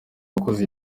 umukozi